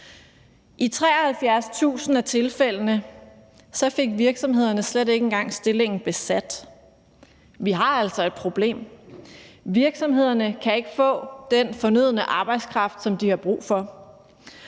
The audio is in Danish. I 73.000 af tilfældene fik virksomhederne ikke engang stillingen besat. Vi har altså et problem. Virksomhederne kan ikke få den arbejdskraft, som de har brug for.